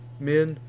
men,